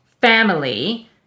family